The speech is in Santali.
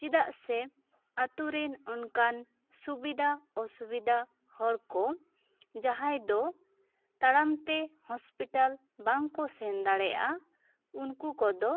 ᱪᱮᱫᱟᱜ ᱥᱮ ᱟᱛᱳ ᱨᱮᱱ ᱚᱱᱠᱟᱱ ᱥᱩᱵᱤᱫᱟ ᱚᱥᱩᱵᱤᱫᱟ ᱦᱚᱲ ᱠᱚ ᱡᱟᱦᱟᱸᱭ ᱫᱚ ᱛᱟᱲᱟᱢ ᱛᱮ ᱦᱚᱥᱯᱤᱴᱟᱞ ᱵᱟᱝ ᱠᱚ ᱥᱮᱱ ᱫᱟᱲᱮᱭᱟᱜ ᱟ ᱩᱱᱠᱩ ᱠᱚᱫᱚ